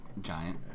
Giant